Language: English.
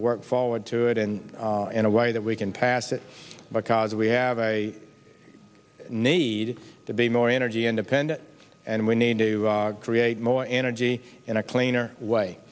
work forward to it and in a way that we can pass it because we have a need to be more energy independent and we need to create more energy in a cleaner way